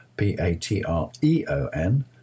p-a-t-r-e-o-n